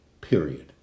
period